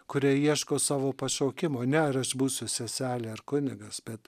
kurie ieško savo pašaukimo ne ar aš būsiu seselė ar kunigas bet